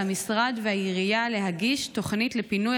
על המשרד והעירייה להגיש תוכנית לפינוי